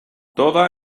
toda